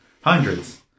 hundreds